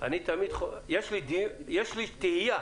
שיש לי תהייה